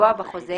לקבוע בחוזה